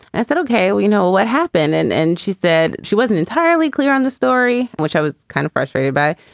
i said, ok, you know what happened? and and she said she wasn't entirely clear on the story, which i was kind of frustrated by.